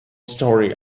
story